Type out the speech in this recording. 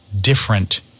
different